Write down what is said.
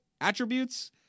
Attributes